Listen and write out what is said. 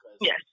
yes